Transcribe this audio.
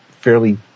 fairly